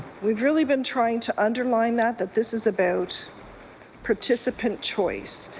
we've really been trying to underline that that this is about participant choice